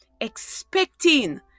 expecting